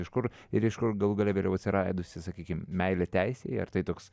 iš kur ir iš kur galų gale vėliau atsiradusi sakykim meilė teisei ar tai toks